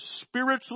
spiritually